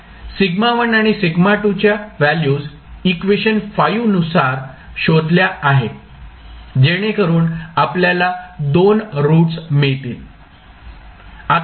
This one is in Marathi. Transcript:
σ1 आणि σ2 च्या व्हॅल्यूस् इक्वेशन नुसार शोधल्या आहे जेणेकरून आपल्याला दोन रूट्स मिळतील